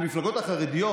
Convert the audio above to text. המפלגות החרדיות,